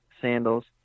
sandals